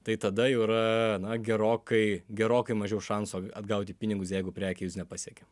tai tada jau yra gerokai gerokai mažiau šansų atgauti pinigus jeigu prekė jus nepasiekia